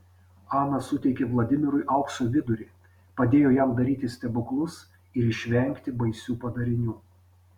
ana suteikė vladimirui aukso vidurį padėjo jam daryti stebuklus ir išvengti baisių padarinių